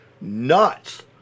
nuts